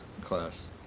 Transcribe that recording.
class